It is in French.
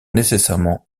nécessairement